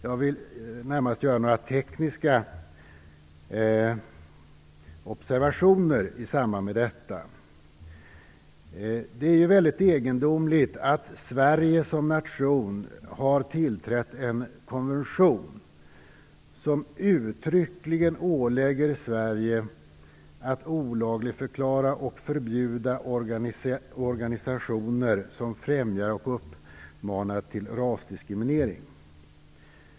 Jag vill närmast göra några tekniska observationer i samband med detta. Jag vill peka på ett egendomligt förhållande. Sverige har som nation tillträtt en konvention som uttryckligen ålägger Sverige att olagligförklara och förbjuda organisationer som främjar och uppmanar till rasdiskriminering.